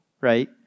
right